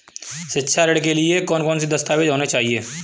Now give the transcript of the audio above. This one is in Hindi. शिक्षा ऋण के लिए कौन कौन से दस्तावेज होने चाहिए?